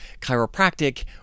chiropractic